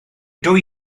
dwy